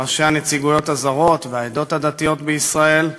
ראשי הנציגויות הזרות והעדות הדתיות בישראל,